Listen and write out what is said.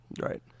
Right